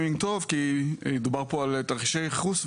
כי דובר פה על תרחישי ייחוס,